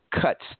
cuts